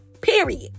Period